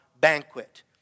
banquet